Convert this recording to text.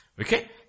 Okay